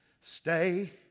Stay